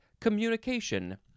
communication